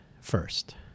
first